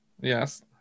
yes